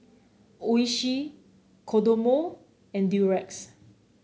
Oishi Kodomo and Durex